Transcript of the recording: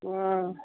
ଅଁ